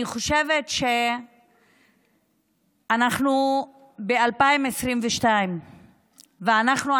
אני חושבת שאנחנו ב-2022 ואנחנו,